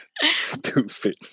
Stupid